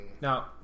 Now